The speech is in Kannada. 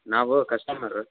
ನಾವು ಕಸ್ಟಮರ್